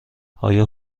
آیا